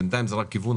בינתיים זה רק כיוון.